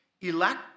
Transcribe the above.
elect